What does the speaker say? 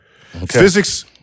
Physics